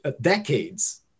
decades